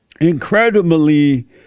Incredibly